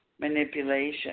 manipulation